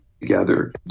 together